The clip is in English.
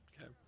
Okay